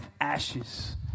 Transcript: ashes